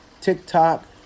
TikTok